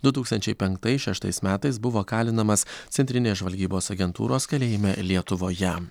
du tūkstančiai penktais šeštais metais buvo kalinamas centrinės žvalgybos agentūros kalėjime lietuvoje